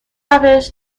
روش